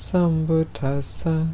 Sambutasa